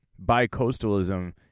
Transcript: bicoastalism